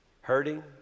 Hurting